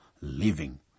living